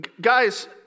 guys